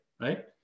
right